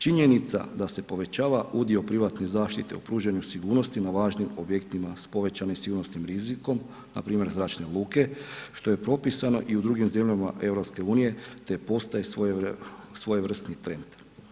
Činjenica da se povećava udio privatne zaštite u pružanju sigurnosti na važnim objektima s povećanim sigurnosnim rizikom, npr. zračne luke, što je propisano i drugim zemljama EU, te postaje svojevrsni trend.